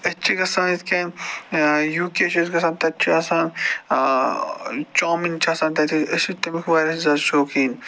أسۍ چھِ گژھان یِتھٕ کٔنۍ یوٗ کے چھِ أسۍ گژھان تَتہِ چھُ آسان چامِن چھِ آسان تَتہِ أسۍ چھِ تَمیُک واریاہ زیادٕ شوقیٖن